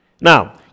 Now